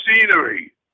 scenery